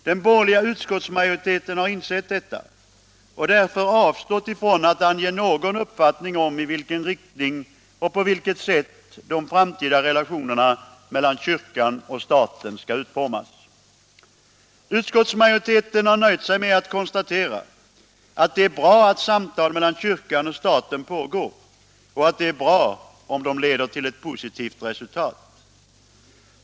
Den borgerliga utskottsmajoriteten har insett detta och därför avstått från att ange någon uppfattning om i vilken riktning och på vilket sätt de framtida relationerna mellan kyrkan och staten skall utformas. Utskottsmajoriteten har nöjt sig med att konstatera att det är bra att samtal mellan kyrkan och staten pågår, och att det är bra om de leder till ett positivt resultat.